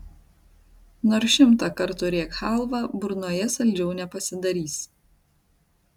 nors šimtą kartų rėk chalva burnoje saldžiau nepasidarys